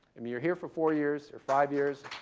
i mean you're here for four years or five years.